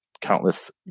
countless